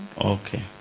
Okay